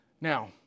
Now